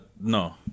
no